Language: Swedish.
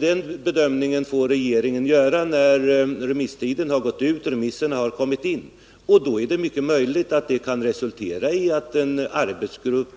Regeringen får göra sin bedömning när remisstiden har gått ut och remisserna har inlämnats, och då är det mycket möjligt att det kan resultera i att en arbetsgrupp